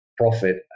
profit